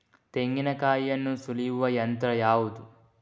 ತೆಂಗಿನಕಾಯಿಯನ್ನು ಸುಲಿಯುವ ಯಂತ್ರ ಯಾವುದು?